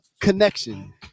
connection